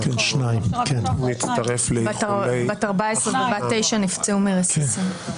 בת 14 ובת תשע נפצעו מרסיסים.